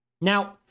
Now